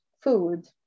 food